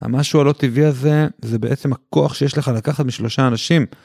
המשהו הלא טבעי הזה זה בעצם הכוח שיש לך לקחת משלושה אנשים.